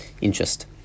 interest